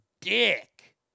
dick